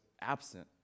absent